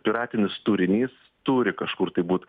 piratinis turinys turi kažkur tai būt